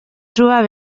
trobar